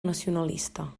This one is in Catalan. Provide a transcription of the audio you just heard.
nacionalista